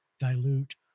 dilute